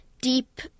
deep